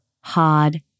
hard